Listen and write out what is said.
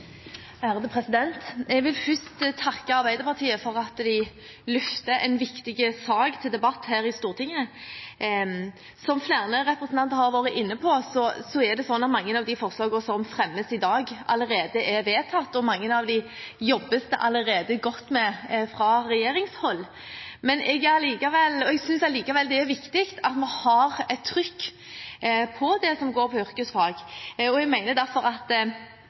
Jeg vil først takke Arbeiderpartiet for at de løfter en viktig sak til debatt her i Stortinget. Som flere representanter har vært inne på, er det sånn at mange av de forslagene som fremmes i dag, allerede er vedtatt, og mange av dem jobbes det allerede godt med fra regjeringshold. Men jeg synes likevel det er viktig at vi har et trykk på det som angår yrkesfag. Jeg mener derfor at